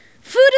Food